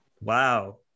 Wow